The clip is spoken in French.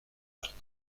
vers